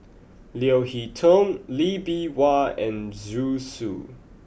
Leo Hee Tong Lee Bee Wah and Zhu Xu